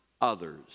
others